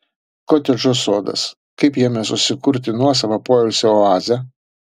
kotedžo sodas kaip jame susikurti nuosavą poilsio oazę